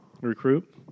Recruit